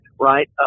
right